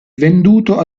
venduto